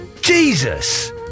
Jesus